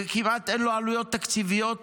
וכמעט אין לו עלויות תקציביות,